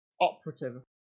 operative